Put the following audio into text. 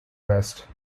west